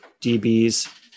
DBs